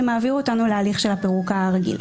זה מעביר אותנו להליך של הפירוק הרגיל.